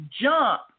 jump